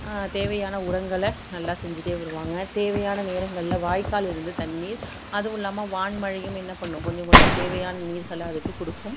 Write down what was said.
தேவையான உரங்களை நல்லா செஞ்சுட்டே வருவாங்க தேவையான நேரங்களில் வாய்க்கால் இருந்து தண்ணீர் அதுவும் இல்லாமல் வான் மழையும் என்ன பண்ணும் கொஞ்சம் கொஞ்சம் தேவையான நீர்களை அதுக்கு கொடுக்கும்